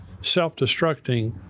self-destructing